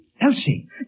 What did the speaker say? Elsie